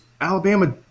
Alabama